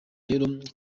rero